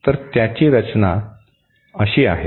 तर त्याची रचना अशी आहे